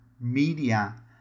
media